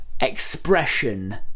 expression